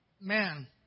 man